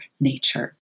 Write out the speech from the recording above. nature